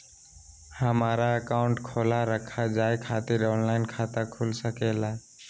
हमारा अकाउंट खोला रखा जाए खातिर ऑनलाइन खाता खुल सके ला?